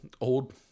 old